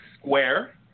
square